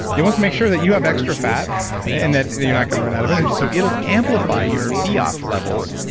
it wants to make sure that you have extra fat and that you're not going to run out of energy. so it'll amplify your fiaf levels,